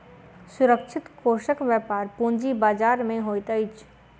सुरक्षित कोषक व्यापार पूंजी बजार में होइत अछि